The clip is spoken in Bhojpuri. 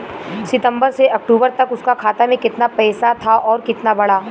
सितंबर से अक्टूबर तक उसका खाता में कीतना पेसा था और कीतना बड़ा?